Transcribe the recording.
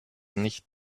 nicht